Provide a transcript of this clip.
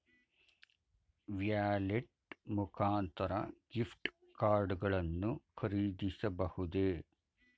Wallet ಮುಖಾಂತರ gift card ಗಳನ್ನು ಖರೀದಿಸಬಹುದೇ?